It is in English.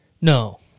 No